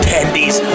Tendies